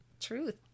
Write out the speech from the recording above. truth